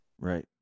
Right